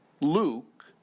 Luke